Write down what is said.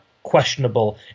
Questionable